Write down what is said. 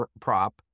prop